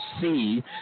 see